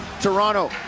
toronto